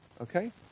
Okay